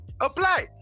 apply